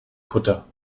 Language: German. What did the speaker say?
kutter